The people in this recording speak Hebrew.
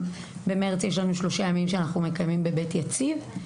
במרץ יש לנו שלושה ימים שאנחנו מקיימים בבית יציב.